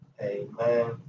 Amen